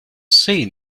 seen